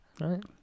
Right